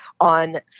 on